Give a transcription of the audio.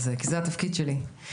כי זה התפקיד שלי.